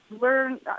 learn